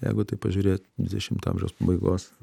jeigu taip pažiūrėt dvidešimto amžiaus pabaigos